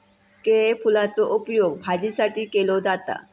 केळफुलाचो उपयोग भाजीसाठी केलो जाता